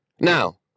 Now